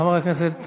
חבר הכנסת